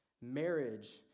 Marriage